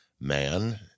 Man